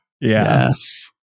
Yes